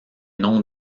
noms